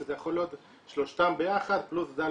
זה יכול להיות שלושתם ביחד פלוס כל ד',